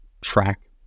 track